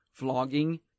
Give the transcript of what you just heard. vlogging